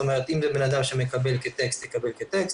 אם זה בנאדם שמקבל כטקסט הוא יקבל כטקסט,